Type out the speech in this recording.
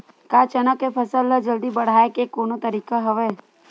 का चना के फसल ल जल्दी बढ़ाये के कोनो तरीका हवय?